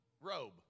robe